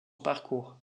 parcours